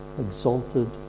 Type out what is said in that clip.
exalted